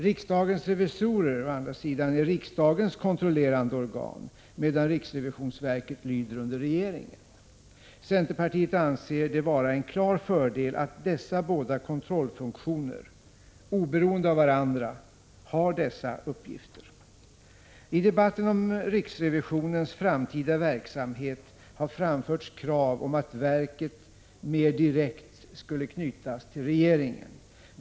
Riksdagens revisorer å andra sidan är riksdagens kontrollerade organ, medan riksrevisionsverket lyder under regeringen. Centerpartiet anser det vara en klar fördel att dessa kontrollfunktioner oberoende av varandra har dessa uppgifter. I debatten om riksrevisionsverkets framtida verksamhet har framförts krav att verket mer direkt skulle knytas till regeringen.